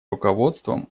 руководством